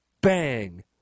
Bang